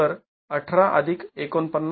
तर १८ अधिक ४९